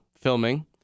filming